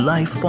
Life